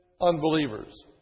unbelievers